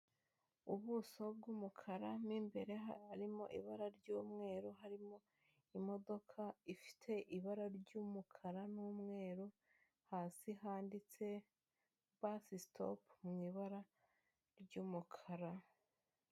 Ubuso bw'umukara mu imbere harimo ibara ry'umweru, harimo imodoka ifite ibara ry'umukara n'umweru, hasi handitse basi sitopu mu ibara ry'umukara.